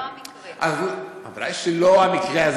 זה לא המקרה.